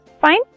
Fine